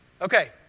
Okay